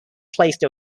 placed